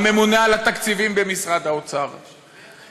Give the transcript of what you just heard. הממונה על התקציבים במשרד האוצר,